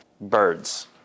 Birds